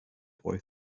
boy